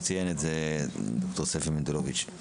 ציין את זה פרופ' מנדלוביץ'.